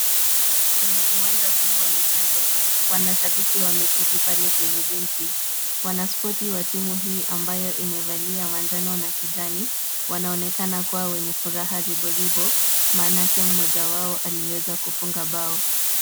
Kwenye uwanja huu wa michezo, wanashabiki wameketi pale kwenye benchi. Wanaspoti wa timu hii ambayo imevalia manjano na kijani, wanaonekana kuwa wenye furaha riboribo maanake mmoja wao aliweza kufunga bao.